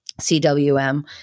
CWM